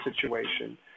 situation